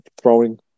throwing